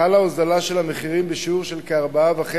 חלה הוזלה של המחירים בשיעור כ-4.5%,